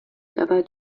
dabei